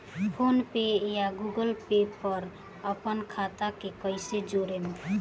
PhonePe या Google Pay पर अपना खाता के कईसे जोड़म?